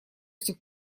сих